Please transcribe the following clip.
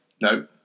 No